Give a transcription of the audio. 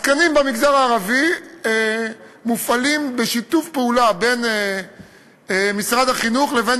התקנים במגזר הערבי מופעלים בשיתוף פעולה בין משרד החינוך לבין